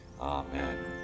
amen